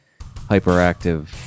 hyperactive